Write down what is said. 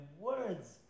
words